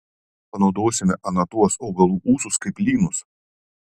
panaudosime ana tuos augalų ūsus kaip lynus